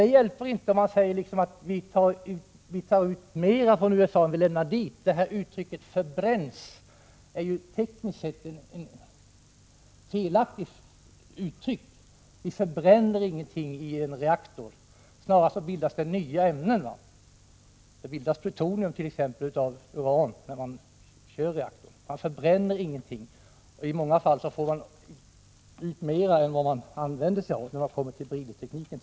Det hjälper inte att man säger att vi tar ut mera från USA än vi lämnar dit. Uttrycket ”förbränns” är tekniskt sett ett felaktigt uttryck. Man förbränner ingenting i en reaktor, snarare bildas det nya ämnen — det bildas t.ex. plutonium av uran när man kör reaktorn. I många fall får man ut mer än vad man använder sig av, exempelvis vid bridtekniken.